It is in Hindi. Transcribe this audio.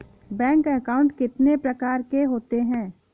बैंक अकाउंट कितने प्रकार के होते हैं?